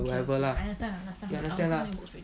whatever lah